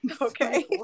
Okay